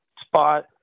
spot